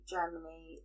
Germany